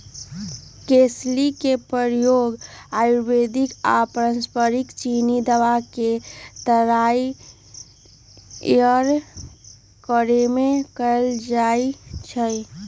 कसेली के प्रयोग आयुर्वेदिक आऽ पारंपरिक चीनी दवा के तइयार करेमे कएल जाइ छइ